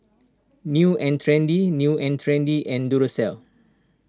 New and Trendy New and Trendy and Duracell